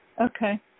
okay